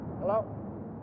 Hello